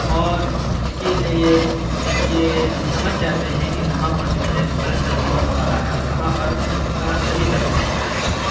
اور اس کے لیے یہ ہم سمجھ جاتے ہیں کہ کہاں پر جو ہے غلط ترجمہ ہو رہا ہے اور کہاں پر صحیح ترجمہ ہو رہا ہے